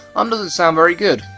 um doesn't sound very good,